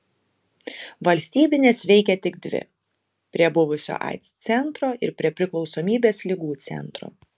valstybinės veikė tik dvi prie buvusio aids centro ir prie priklausomybės ligų centro